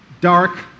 dark